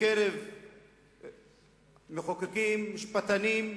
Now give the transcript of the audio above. בקרב מחוקקים, משפטנים,